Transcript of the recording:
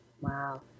Wow